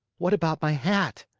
what about my hat?